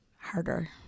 harder